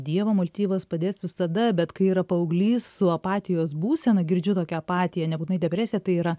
dievo motyvas padės visada bet kai yra paauglys su apatijos būsena girdžiu tokią apatiją nebūtinai depresiją tai yra